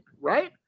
right